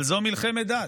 אבל זו מלחמת דת.